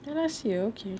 ya last year okay